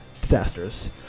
disasters